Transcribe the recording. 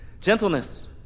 gentleness